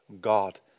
God